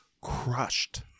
crushed